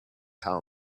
how